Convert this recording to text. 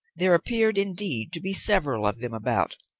there appeared, indeed, to be several of them about,